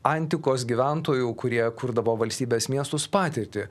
antikos gyventojų kurie kurdavo valstybės miestus patirtį